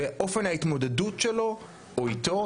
ואופן ההתמודדות שלו או איתו,